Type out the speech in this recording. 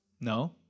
No